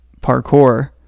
parkour